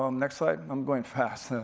um next slide, i'm going fast.